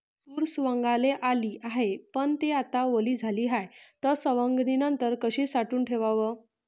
तूर सवंगाले आली हाये, पन थे आता वली झाली हाये, त सवंगनीनंतर कशी साठवून ठेवाव?